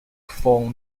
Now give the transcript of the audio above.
four